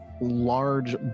large